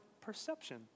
perception